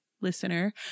listener